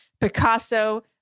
Picasso